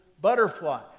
butterfly